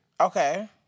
Okay